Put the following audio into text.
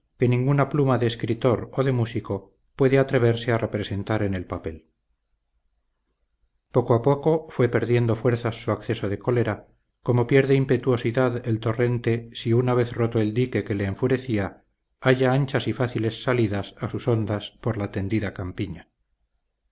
ninguna pluma de escritor o de músico puede atreverse a representar en el papel poco a poco fue perdiendo fuerzas su acceso de cólera como pierde impetuosidad el torrente si una vez roto el dique que le enfurecía halla anchas y fáciles salidas a sus ondas por la tendida campiña